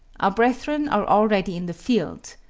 our brethren are already in the field!